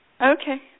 Okay